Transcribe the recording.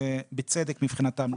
בצדק מבחינתם,